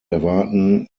erwarten